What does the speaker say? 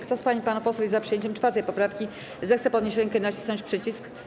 Kto z pań i panów posłów jest za przyjęciem 4. poprawki, zechce podnieść rękę i nacisnąć przycisk.